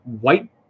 white